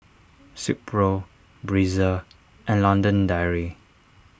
Silkpro Breezer and London Dairy